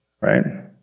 right